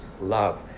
love